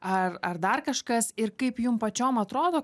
ar ar dar kažkas ir kaip jum pačiom atrodo